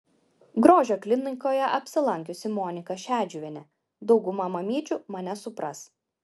grožio klinikoje apsilankiusi monika šedžiuvienė dauguma mamyčių mane supras